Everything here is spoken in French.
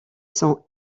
sans